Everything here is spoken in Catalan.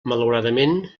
malauradament